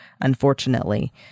unfortunately